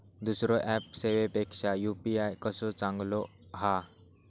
दुसरो ऍप सेवेपेक्षा यू.पी.आय कसो चांगलो हा?